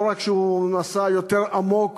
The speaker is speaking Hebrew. לא רק שהוא נעשה יותר עמוק